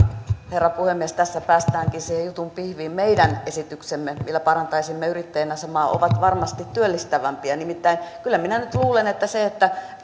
herra puhemies tässä päästäänkin siihen jutun pihviin meidän esityksemme joilla parantaisimme yrittäjien asemaa ovat varmasti työllistävämpiä nimittäin kyllä minä nyt luulen että se että